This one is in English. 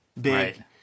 big